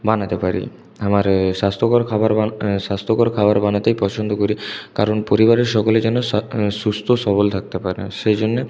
বানাতে পারি আমার স্বাস্থ্যকর খাবার বানাতে স্বাস্থ্যকর খাবার বানাতেই পছন্দ করি কারণ পরিবারের সকলেই যেন সুস্থ সবল থাকতে পারে সেই জন্য